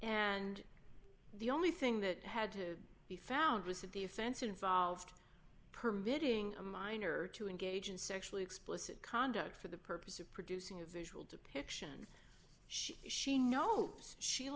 and the only thing that had to be found was that the offense involved permitting a minor to engage in sexually explicit conduct for the purpose of producing a visual depiction she knows she